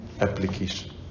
application